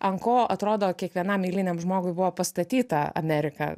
ant ko atrodo kiekvienam eiliniam žmogui buvo pastatyta amerika